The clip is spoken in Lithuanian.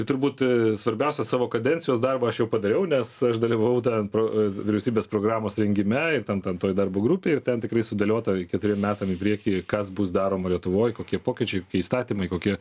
turbūt svarbiausią savo kadencijos darbą aš jau padariau nes aš dalyvavau ten pro vyriausybės programos rengime ir ten ten toj darbo grupėj ir ten tikrai sudėliota keturiem metam į priekį kas bus daroma lietuvoj kokie pokyčiai kokie įstatymai kokie